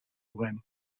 win